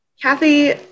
kathy